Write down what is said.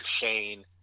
Shane